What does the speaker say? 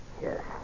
Yes